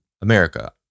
America